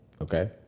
Okay